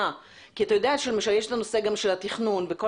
אתה יודע שיש גם את הנושא של התכנון וכל